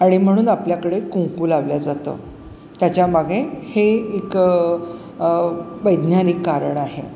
आणि म्हणून आपल्याकडे कुंकू लावलं जातं त्याच्या मागे हे एक वैज्ञानिक कारण आहे